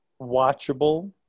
watchable